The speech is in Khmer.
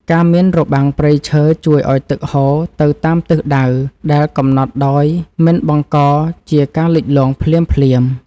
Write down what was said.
ការមានរបាំងព្រៃឈើជួយឱ្យទឹកហូរទៅតាមទិសដៅដែលកំណត់ដោយមិនបង្កជាការលិចលង់ភ្លាមៗ។ការមានរបាំងព្រៃឈើជួយឱ្យទឹកហូរទៅតាមទិសដៅដែលកំណត់ដោយមិនបង្កជាការលិចលង់ភ្លាមៗ។